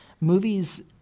movies